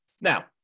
Now